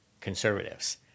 conservatives